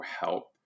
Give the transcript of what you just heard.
help